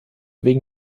wegen